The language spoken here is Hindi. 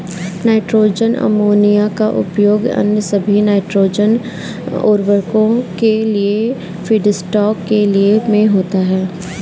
नाइट्रोजन अमोनिया का उपयोग अन्य सभी नाइट्रोजन उवर्रको के लिए फीडस्टॉक के रूप में होता है